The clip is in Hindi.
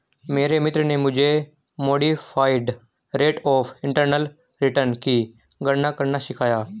मेरे मित्र ने मुझे modified rate of internal return की गणना करना सिखाया